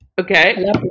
okay